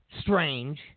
strange